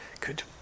Good